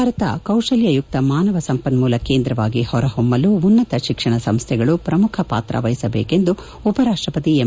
ಭಾರತ ಕೌಶಲ್ಲಯುಕ್ತ ಮಾನವ ಸಂಪನ್ಮೂಲ ಕೇಂದ್ರವಾಗಿ ಹೊರ ಹೊಮ್ನಲು ಉನ್ನತ ಶಿಕ್ಷಣ ಸಂಸ್ಟೆಗಳು ಪ್ರಮುಖ ಪಾತ್ರ ವಹಿಸಬೇಕೆಂದು ಉಪರಾಷ್ಲಪತಿ ಎಂ